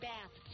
Bath